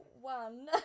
one